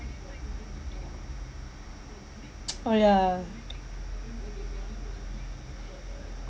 oh yeah